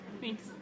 Thanks